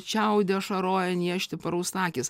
čiaudi ašaroja niežti parausta akys